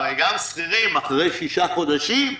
הרי גם לשכירים, אחרי שישה חודשים,